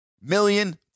million